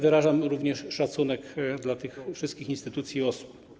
Wyrażam również szacunek dla tych wszystkich instytucji i osób.